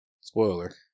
Spoiler